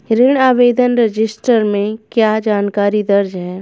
ऋण आवेदन रजिस्टर में क्या जानकारी दर्ज है?